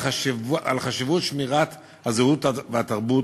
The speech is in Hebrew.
על חשיבות שמירת הזהות והתרבות,